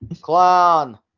Clown